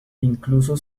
incluso